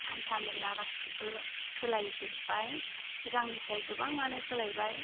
हान्थामेला गासिबो सोलायजोबबाय सिगांनिफ्राय गोबाङानो सोलायबाय